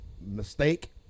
mistake